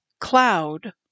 cloud